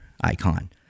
icon